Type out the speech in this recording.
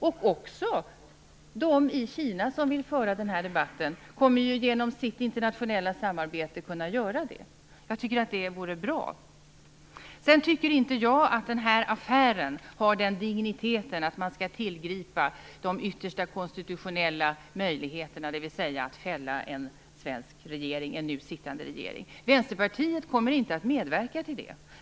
Också de i Kina som vill föra den här debatten kommer ju genom sitt internationella samarbete att kunna göra det. Jag tycker att det vore bra. Sedan tycker inte jag att den här affären har den digniteten att man skall tillgripa de yttersta konstitutionella möjligheterna, dvs. att fälla en nu sittande svensk regering. Vänsterpartiet kommer inte att medverka till det.